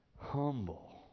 humble